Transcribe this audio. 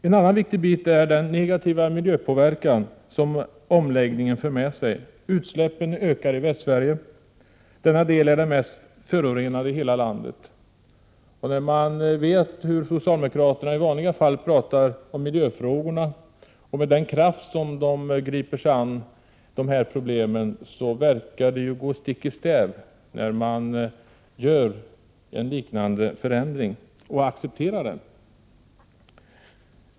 En annan viktig bit är den negativa miljöpåverkan som omläggningen för med sig. Utsläppen ökar i Västsverige. Denna del är den mest förorenade i hela landet. När man vet hur socialdemokraterna i vanliga fall pratar om miljöfrågorna och med vilken kraft de griper sig an problemen, verkar det gå stick i stäv när en sådan förändring accepteras.